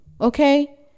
Okay